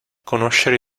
conoscere